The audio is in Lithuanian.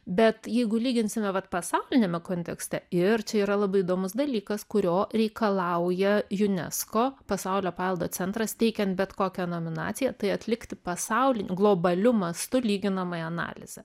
bet jeigu lyginsime vat pasauliniame kontekste ir čia yra labai įdomus dalykas kurio reikalauja unesco pasaulio paveldo centras teikiant bet kokią nominaciją tai atlikti pasauliniu globaliu mastu lyginamąją analizę